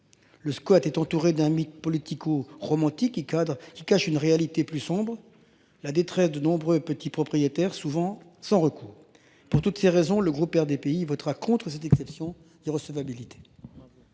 Le squat est entouré d'un mythe politico-romantique qui cadrent qui cache une réalité plus sombre. La détresse de nombreux petits propriétaires souvent sans recours pour toutes ces raisons, le groupe RDPI votera contre cette exception recevabilité.